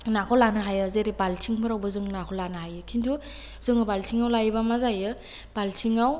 नाखौ लानो हायो जेरै बालथिंफोरावबो जोङो नाखौ लानो हायो खिनथु जोङो बालथिङाव लायोबा मा जायो बालथिङाव